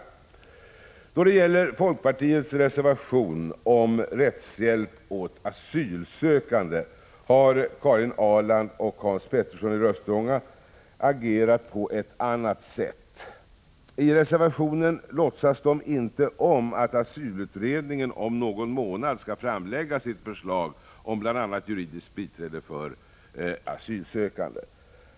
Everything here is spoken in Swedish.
När det gäller folkpartiets reservation om rättshjälp åt asylsökande har Karin Ahrland och Hans Petersson i Röstånga agerat på ett annat sätt. I reservationen låtsas de inte om att asylutredningen om någon månad skall framlägga sitt förslag om bl.a. juridiskt biträde för asylsökande.